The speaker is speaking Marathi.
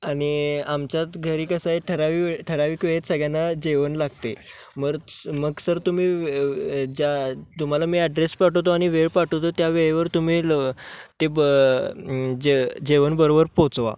आणि आमच्यात घरी कसं आहे ठरावी ठराविक वेळेत सगळ्यांना जेवण लागते मग मग सर तुम्ही ज्या तुम्हाला मी ॲड्रेस पाठवतो आणि वेळ पाठवतो त्या वेळेवर तुम्ही ल ते ब जे जेवण बरोबर पोहोचवा